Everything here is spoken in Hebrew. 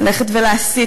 ללכת ולהסית,